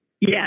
Yes